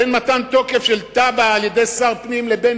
בין מתן תוקף של תב"ע על-ידי שר פנים לבין